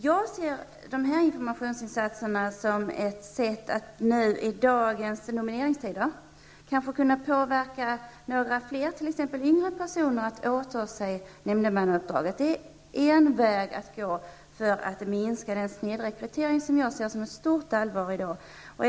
Jag ser dessa informationsinsatser som ett sätt att i dagens nomineringstider kanske kunna påverka några fler yngre personer att åta sig ett nämndemannauppdrag. Satsningen på information och utbildning är en väg att gå för att minska den snedrekrytering som jag i dag ser som ett stort allvarligt problem.